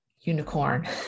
unicorn